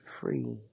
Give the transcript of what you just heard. free